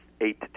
eight